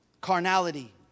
carnality